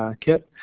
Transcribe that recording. ah kit,